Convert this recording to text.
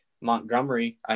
Montgomery